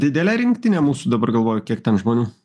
didelė rinktinė mūsų dabar galvoju kiek ten žmonių